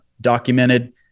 Documented